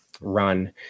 run